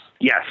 Yes